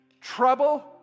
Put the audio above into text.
Trouble